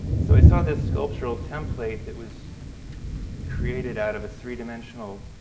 so, i saw this sculptural template that was created out of a three-dimensional